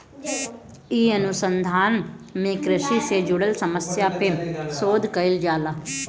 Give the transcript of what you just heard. इ अनुसंधान में कृषि से जुड़ल समस्या पे शोध कईल जाला